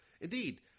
Indeed